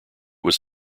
was